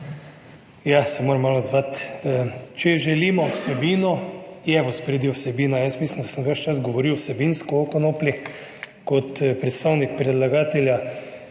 Jaz se moram malo odzvati. Če želimo vsebino, je v ospredju vsebina. Jaz mislim, da sem ves čas govoril vsebinsko o konoplji kot predstavnik predlagatelja.